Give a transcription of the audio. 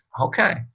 okay